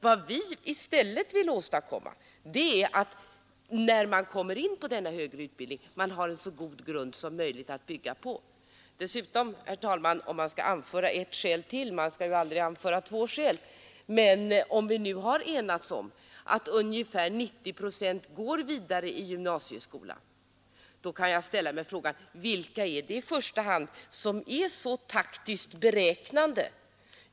Vad vi i stället vill åstadkomma med vårt förslag är att den studerande skall ha en så god grund som möjligt att bygga på när han kommer in på en högre utbildning. Dessutom, herr talman, vill jag anföra ett skäl till. Man skall visserligen aldrig anföra två skäl, men om vi nu har enats om att ungefär 90 procent går vidare i gymnasieskolan, då ställer jag mig frågan: Vilka är det i första hand som är så taktiskt beräknande?